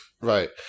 Right